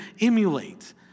emulate